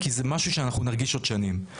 כי זה משהו שאנחנו נרגיש עוד שנים.